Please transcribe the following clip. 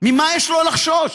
ממה יש לו לחשוש?